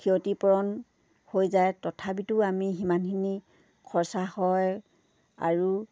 ক্ষতিপূৰণ হৈ যায় তথাপিতো আমি সিমানখিনি খৰচা হয় আৰু